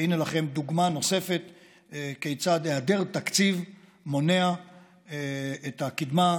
והינה לכם דוגמה נוספת כיצד היעדר תקציב מונע את הקדמה.